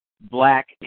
black